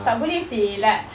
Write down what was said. tak boleh seh like